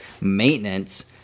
maintenance